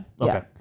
Okay